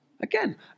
Again